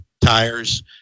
tires